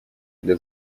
для